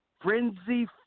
Frenzy